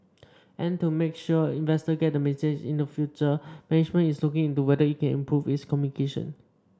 and to make sure investor get in the future management is looking into whether it can improve its communication